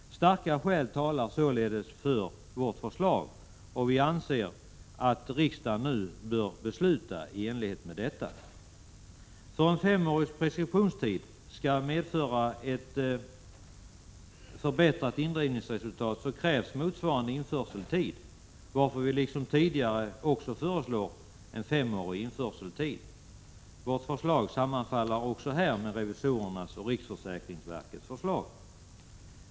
Starka skäl talar således för vårt förslag. Vi anser att riksdagen nu bör fatta beslut i enlighet med detta. För att en femårig preskriptionstid skall medföra ett förbättrat indrivningsresultat krävs motsvarande införseltid, varför vi — liksom vi tidigare har gjort — också föreslår en femårig införseltid. Vårt förslag sammanfaller även här med revisorernas och riksförsäkringsverkets förslag.